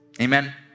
Amen